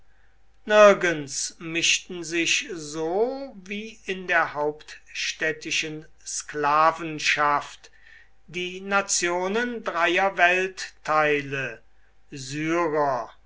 nirgends mischten sich so wie in der hauptstädtischen sklavenschaft die nationen dreier weltteile syrer